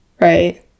right